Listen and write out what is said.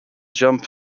jump